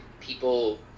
people